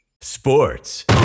Sports